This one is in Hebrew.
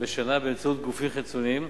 בשנה באמצעות גופים חיצוניים,